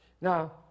Now